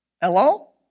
Hello